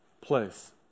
place